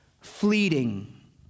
fleeting